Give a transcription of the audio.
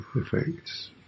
effects